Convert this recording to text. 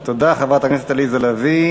תודה, חברת הכנסת עליזה לביא.